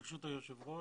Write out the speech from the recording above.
ברשות היושב ראש,